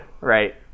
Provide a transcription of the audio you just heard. Right